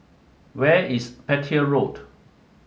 where is Petir Road